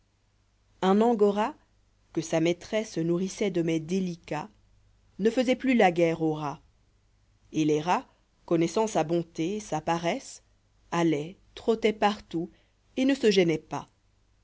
n angora que sa maîtresse noue rissoit de mets délicats ne fai soit plus la guerre aux rats et les rats connaissant sa bonté sa paresse alloient tro ttoient partout et ne sa gênoient pas